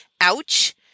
Ouch